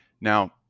Now